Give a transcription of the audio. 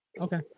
Okay